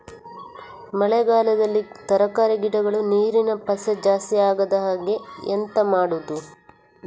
ಮಳೆಗಾಲದಲ್ಲಿ ತರಕಾರಿ ಗಿಡಗಳು ನೀರಿನ ಪಸೆ ಜಾಸ್ತಿ ಆಗದಹಾಗೆ ಎಂತ ಮಾಡುದು?